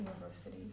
universities